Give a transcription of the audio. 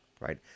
right